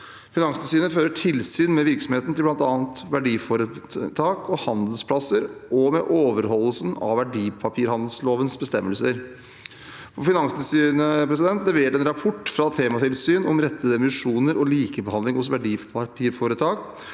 Finanstilsynet fører tilsyn med virksomheten til bl.a. verdiforetak og handelsplasser og med overholdelsen av verdipapirhandellovens bestemmelser. Finanstilsynet leverte en rapport fra tematilsyn om rettede emisjoner og likebehandling hos verdipapirforetak